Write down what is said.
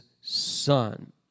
son